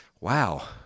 Wow